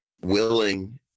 willing